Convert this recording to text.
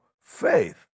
faith